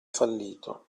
fallito